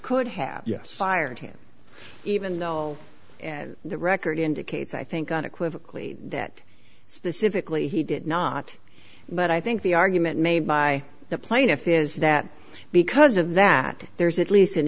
could have yes fired him even though and the record indicates i think on equivocally that specifically he did not but i think the argument made by the plaintiff is that because of that there's at least